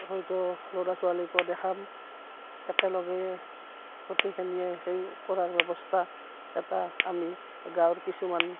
হয়তো ল'ৰা ছোৱালীকো দেখাম একেলগে গোটেইখিনিয়ে সেই কৰাৰ ব্যৱস্থা এটা আমি গাঁৱৰ কিছুমান